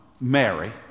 Mary